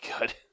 good